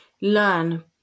learn